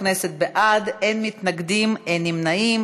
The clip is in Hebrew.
למעונות היום, ואני מבקשת להצביע על הנושא.